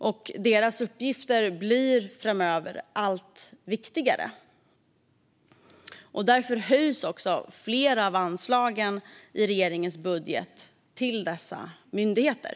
Och deras uppgifter blir framöver allt viktigare. Därför höjs flera av anslagen i regeringens budget till dessa myndigheter.